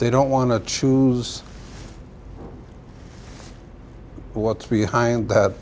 they don't want to choose what's behind that